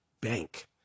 bank